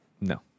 No